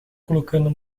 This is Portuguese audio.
colocando